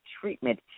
treatment